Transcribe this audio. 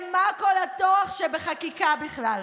לשם מה כל הטורח שבחקיקה בכלל?